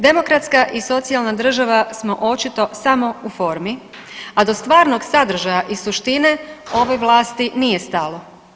Demokratska i socijalna država smo očito samo u formi, a do stvarnog sadržaja i suštine ovoj vlasati nije stalo.